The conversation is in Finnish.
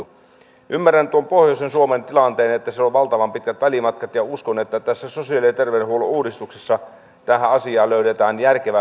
ymmärrän tuon pohjoisen suomen tilanteen että siellä on valtavan pitkät välimatkat ja uskon että tässä sosiaali ja terveydenhuollon uudistuksessa tähän asiaan löydetään järkevä hyvä ratkaisu